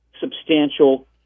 substantial